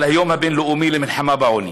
על היום הבין-לאומי למלחמה בעוני.